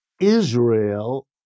Israel